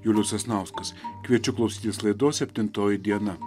julius sasnauskas kviečiu klausytis laidos septintoji diena